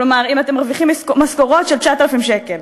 כלומר אם אתם מרוויחים משכורות של 9,000 שקל.